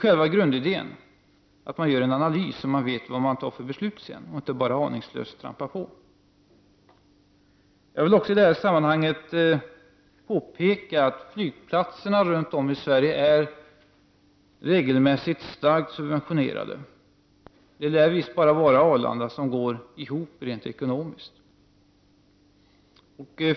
Själva grundidén är att man gör en analys först, så att man vet vad man sedan fattar för beslut och inte bara aningslöst trampar på. I detta sammanhang vill jag också påpeka att flygplatserna runt om i Sverige regelmässigt är starkt subventionerade. Det lär visst bara vara Arlanda som går ihop rent ekonomiskt.